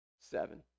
Seven